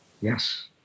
Yes